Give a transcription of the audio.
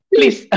Please